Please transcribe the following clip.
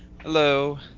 Hello